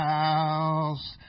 house